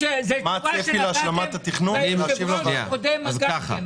זאת תשובה שנתתם ליושב-ראש הקודם גם כן,